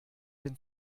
den